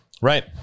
Right